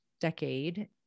decade